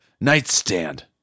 Nightstand